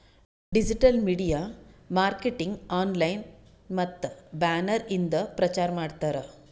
digital media marketing online ಮತ್ತ banner ಇಂದ ಪ್ರಚಾರ್ ಮಾಡ್ತಾರ್